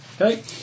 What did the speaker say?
Okay